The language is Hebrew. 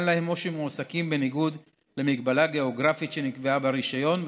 להם או שמועסקים בניגוד למגבלה גיאוגרפית שנקבעה ברישיון,